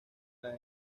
las